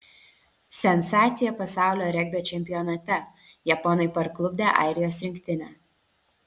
sensacija pasaulio regbio čempionate japonai parklupdė airijos rinktinę